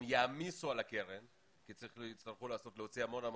הם יעמיסו על הקרן כי יצטרכו להוציא המון כסף,